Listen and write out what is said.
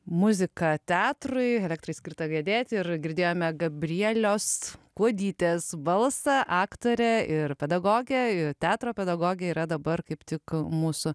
muzika teatrui elektrai skirta gedėti ir girdėjome gabrielios kuodytės balsą aktorė ir pedagogė ir teatro pedagogė yra dabar kaip tik mūsų